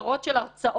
סדרה של הרצאות,